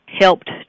helped